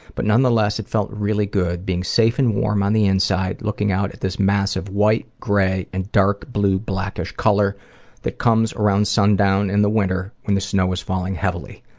but nonetheless, it felt really good being safe and warm on the inside looking out at this massive white-gray and dark-blue blackish color that comes around sundown in the winter when the snow is falling heavily.